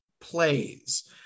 plays